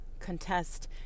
contest